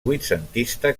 vuitcentista